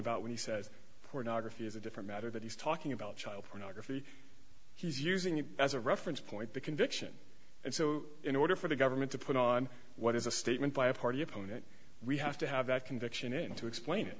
about when he says pornography is a different matter that he's talking about child pornography he's using it as a reference point the conviction and so in order for the government to put on what is a statement by a party opponent we have to have that conviction in to explain it